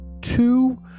two